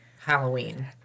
Halloween